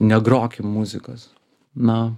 negrokim muzikos na